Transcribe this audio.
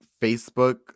Facebook